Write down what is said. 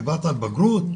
דיברת על בגרות,